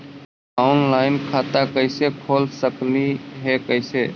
Online खाता कैसे खोल सकली हे कैसे?